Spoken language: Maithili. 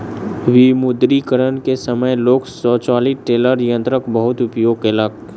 विमुद्रीकरण के समय लोक स्वचालित टेलर यंत्रक बहुत उपयोग केलक